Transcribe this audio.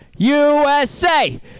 USA